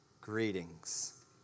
Greetings